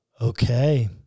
Okay